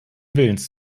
willens